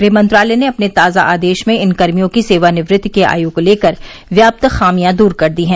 गृह मंत्रालय ने अपने ताजा आदेश में इन कर्मियों की सेवानिवृत्ति की आय को लेकर व्याप्त खामियां दूर कर दी हैं